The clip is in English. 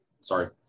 Sorry